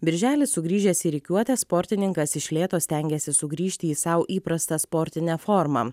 birželį sugrįžęs į rikiuotę sportininkas iš lėto stengėsi sugrįžti į sau įprastą sportinę formą